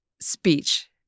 speech